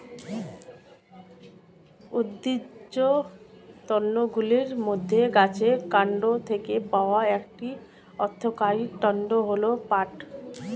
উদ্ভিজ্জ তন্তুগুলির মধ্যে গাছের কান্ড থেকে পাওয়া একটি অর্থকরী তন্তু হল পাট